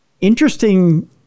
Interesting